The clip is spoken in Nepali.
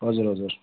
हजुर हजुर